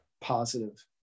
positive